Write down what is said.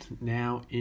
Now